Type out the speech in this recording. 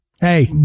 Hey